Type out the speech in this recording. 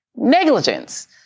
negligence